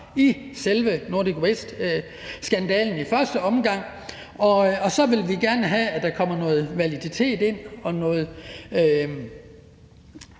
i selve Nordic Waste-skandalen. Og så vil vi gerne have, at der kommer noget validitet ind og noget